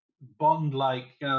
bond-like